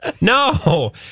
No